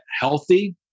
healthy